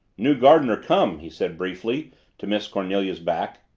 new gardener come, he said briefly to miss cornelia's back.